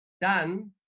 Dan